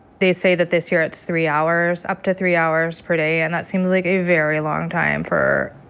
they say that this year's it's three hours, up to three hours per day. and that seems like a very long time for,